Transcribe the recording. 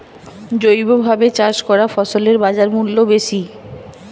জৈবভাবে চাষ করা ফসলের বাজারমূল্য বেশি